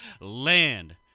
Land